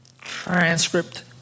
Transcript